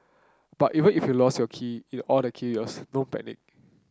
but even if you've lost your key in all the chaos don't panic